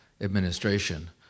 administration